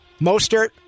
Mostert